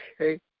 okay